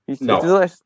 No